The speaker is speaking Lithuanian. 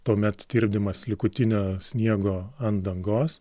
tuomet tirpdymas likutinio sniego ant dangos